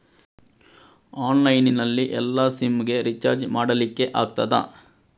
Online ನಲ್ಲಿ ಎಲ್ಲಾ SIM ಗೆ ರಿಚಾರ್ಜ್ ಮಾಡಲಿಕ್ಕೆ ಆಗ್ತದಾ?